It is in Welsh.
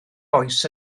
oes